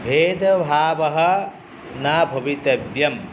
बेदबावः न भवितव्यम्